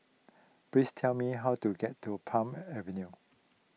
please tell me how to get to Palm Avenue